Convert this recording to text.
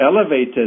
elevated